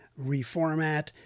reformat